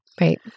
Right